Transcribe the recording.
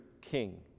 king